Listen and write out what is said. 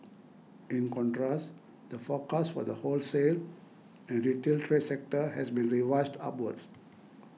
in contrast the forecast for the wholesale and retail trade sector has been revised upwards